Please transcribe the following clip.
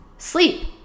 Sleep